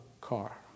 car